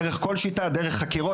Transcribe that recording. דרך חקירות,